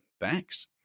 thanks